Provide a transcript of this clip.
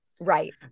right